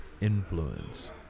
influence